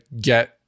get